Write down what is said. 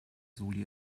soli